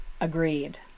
Agreed